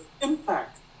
impact